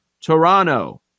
Toronto